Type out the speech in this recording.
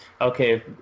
okay